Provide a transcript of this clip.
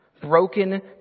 Broken